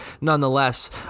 nonetheless